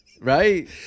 right